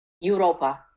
Europa